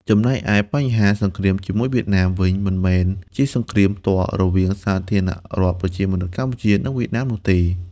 ចំណែកឯបញ្ហា "សង្គ្រាមជាមួយវៀតណាម" វិញ មិនមែនជាសង្គ្រាមផ្ទាល់រវាងសាធារណរដ្ឋប្រជាមានិតកម្ពុជា និងវៀតណាមនោះទេ។